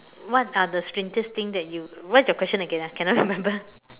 what are the strangest thing that you what's your question again ah cannot remember